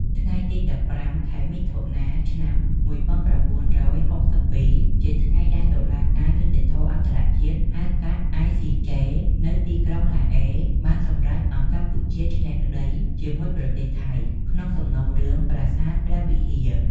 ថ្ងៃទី១៥ ខែមិថុនា ឆ្នាំ១៩៦២ ជាថ្ងៃដែលតុលាការយុត្តិធម៌អន្តរជាតិ (ហៅកាត់ ICJ) នៅទីក្រុងឡាអេ បានសម្រេចឱ្យកម្ពុជាឈ្នះក្តីជាមួយប្រទេសថៃ ក្នុងសំណុំរឿងប្រាសាទព្រះវិហារ។